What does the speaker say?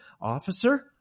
officer